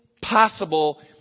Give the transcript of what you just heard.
possible